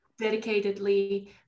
dedicatedly